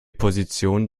position